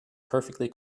perfectly